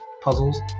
puzzles